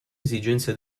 esigenze